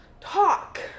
Talk